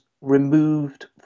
removed